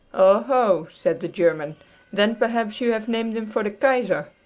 oh, ho! said the german then perhaps you have named him for the kaiser!